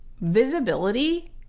visibility